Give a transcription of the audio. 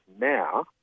now